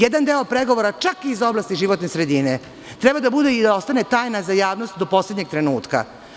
Jedan deo pregovora čak i iz oblasti životne sredine treba da bude i da ostane tajna za javnost do poslednjeg trenutka.